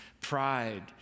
pride